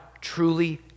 truly